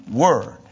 word